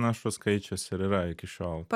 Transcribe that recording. panašus skaičius ir yra iki šiol